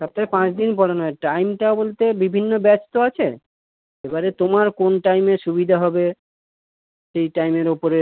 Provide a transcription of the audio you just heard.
সপ্তাহে পাঁচ দিন পড়ানো হয় টাইমটা বলতে বিভিন্ন ব্যাচ তো আছে এবারে তোমার কোন টাইমে সুবিধা হবে সেই টাইমের ওপরে